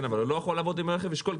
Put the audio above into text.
אבל הוא לא יכול לעבוד עם רכב אשכול.